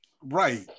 Right